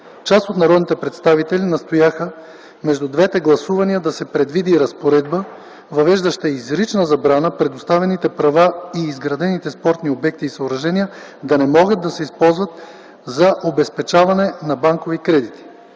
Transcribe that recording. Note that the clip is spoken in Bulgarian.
Част от народните представители настояха между двете гласувания да се предвиди разпоредба, въвеждаща изрична забрана - предоставените права и изградените спортни обекти и съоръжения да не могат да се използват за обезпечаване на банкови кредити.